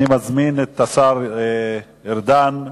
אני מזמין את השר להגנת הסביבה, השר ארדן,